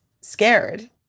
scared